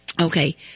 Okay